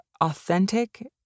authentic